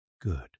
good